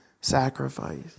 sacrifice